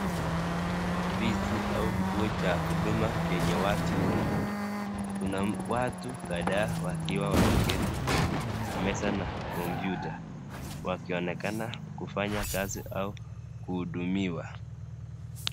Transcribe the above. Ofisi au kituo cha huduma chenye watu wengi. Kuna watu kadhaa wakiwa wameketi kwenye meza na kompyuta wakionekana kufanya kazi au kuhudumiwa.